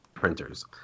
Printers